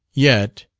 yet.